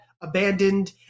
Abandoned